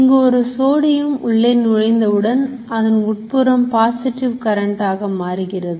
இங்கு ஒரு சோடியம் உள்ளே நுழைந்தவுடன் அதன் உட்புறம் பாசிட்டிவ் கரண்ட் ஆக மாறுகிறது